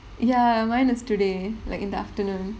ya mine is today like in the afternoon